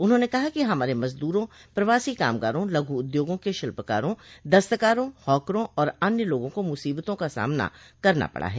उन्होंने कहा कि हमारे मजदूरों प्रवासी कामगारों लघु उद्योगों के शिल्पकारों दस्तकारों हॉकरों और अन्य लोगों को मुसीबतों का सामना करना पड़ा है